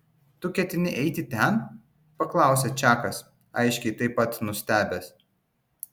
tu ketini eiti ten paklausė čakas aiškiai taip pat nustebęs